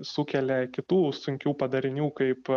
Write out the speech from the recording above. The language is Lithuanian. sukelia kitų sunkių padarinių kaip